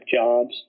jobs